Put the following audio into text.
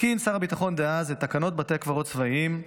התקין שר הביטחון דאז את תקנות בתי קברות צבאיים,